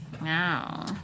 Wow